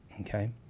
Okay